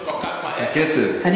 כבוד השר, המזכירות לא מצליחות כל כך מהר.